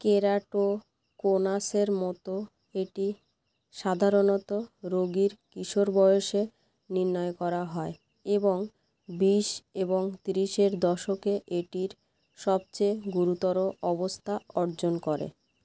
কেরাটোকোনাসের মতো এটি সাধারণত রোগীর কিশোর বয়সে নির্ণয় করা হয় এবং বিশ এবং ত্রিশের দশকে এটির সবচেয়ে গুরুতর অবস্থা অর্জন করে